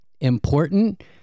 important